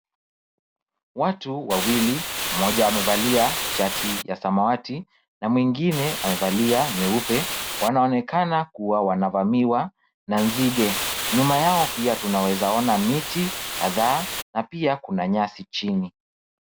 Watu wawili ,mmoja amevalia shati ya samawati na mwingine amevalia nyeupe wanaonekana kuwa wanavamiwa na nzige. Nyuma yao pia tunaweza ona miti kadhaa na pia kuna nyasi chini.